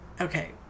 okay